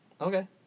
Okay